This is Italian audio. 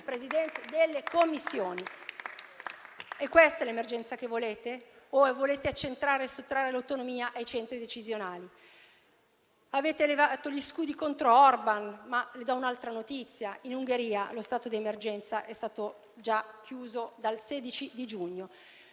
Presidenze delle Commissioni. È questa l'emergenza che volete? O volete accentrare e sottrarre l'autonomia ai centri decisionali? Avete levato gli scudi contro Orbán, ma le do un'altra notizia: in Ungheria lo stato d'emergenza è stato già chiuso dal 16 giugno.